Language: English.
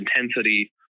intensity